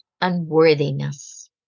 unworthiness